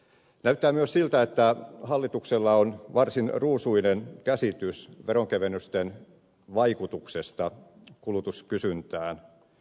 näyttää myös siltä että hallituksella on varsin ruusuinen käsitys veronkevennysten vaikutuksesta kulutuskysyntään